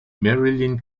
marilyn